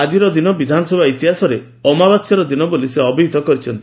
ଆଜିର ଦିନ ବିଧାନସଭା ଇତିହାସରେ ଅମାବାସ୍ୟାର ଦିନ ବୋଲି ସେ ଅଭିହିତ କରିଛନ୍ତି